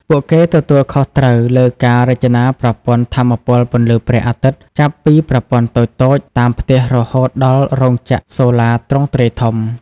ពួកគេទទួលខុសត្រូវលើការរចនាប្រព័ន្ធថាមពលពន្លឺព្រះអាទិត្យចាប់ពីប្រព័ន្ធតូចៗតាមផ្ទះរហូតដល់រោងចក្រសូឡាទ្រង់ទ្រាយធំ។